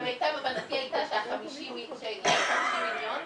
אז מיטב הבנתי היה שיש 50 מיליון.